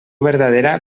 verdadera